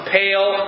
pale